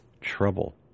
trouble